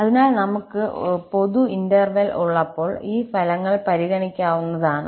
അതിനാൽ നമുക് പൊതു ഇന്റർവെൽ ഉള്ളപ്പോൾ ഈ ഫലങ്ങൾ പരിഗണിക്കാവുന്നതാണ്